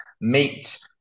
meet